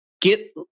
Get